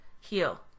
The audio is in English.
heal